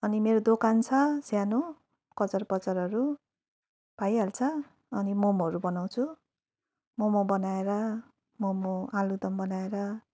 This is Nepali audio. अनि मेरो दोकान छ सानो कचरपचरहरू पाइहाल्छ अनि मोमोहरू बनाउँछु मोमो बनाएर मोमो आलुदम बनाएर